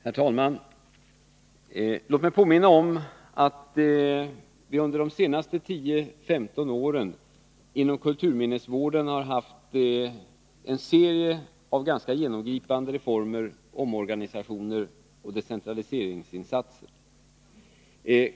Herr talman! Låt mig påminna om att vi under de senaste tio-femton åren inom kulturminnesvården har haft en serie ganska genomgripande reformer, omorganisationer och decentraliseringsinsatser.